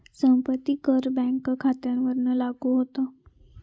संपत्ती कर बँक खात्यांवरपण लागू होता